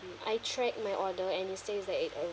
I track my order and it says that it